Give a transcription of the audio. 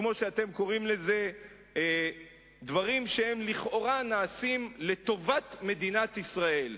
וכמו שאתם קוראים לזה דברים שהם לכאורה נעשים לטובת מדינת ישראל.